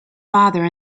father